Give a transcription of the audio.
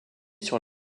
sur